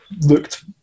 looked